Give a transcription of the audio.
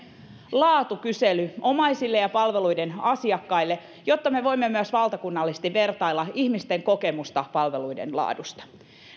laatukysely omaisille ja palveluiden asiakkaille jotta me voimme myös valtakunnallisesti vertailla ihmisten kokemusta palveluiden laadusta